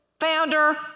founder